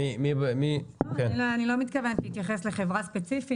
אני לא מתכוונת להתייחס לחברה ספציפית.